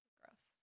gross